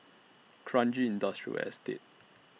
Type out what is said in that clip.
Kranji Industrial Estate